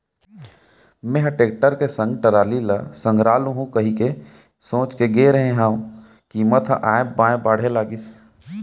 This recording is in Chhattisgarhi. मेंहा टेक्टर के संग टराली ल संघरा लुहूं कहिके सोच के गे रेहे हंव कीमत ह ऑय बॉय बाढ़े लगिस